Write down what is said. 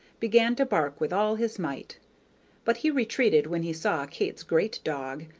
began to bark with all his might but he retreated when he saw kate's great dog,